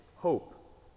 Hope